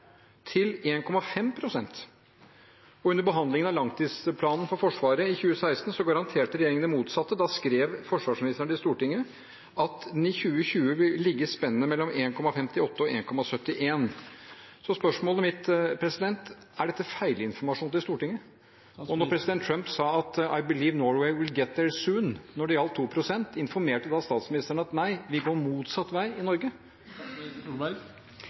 synke til 1,5 pst, og under behandlingen av langtidsplanen for Forsvaret i 2016 garanterte regjeringen det motsatte. Da skrev forsvarsministeren til Stortinget at det « vil i 2020 ligge i spennet mellom 1,58 og 1,71 pst.». Spørsmålet mitt er: Er dette feilinformasjon til Stortinget? Og da president Donald Trump sa «I believe Norway will get there soon» når det gjaldt 2 pst., informerte statsministeren da om at nei, vi går motsatt vei i Norge?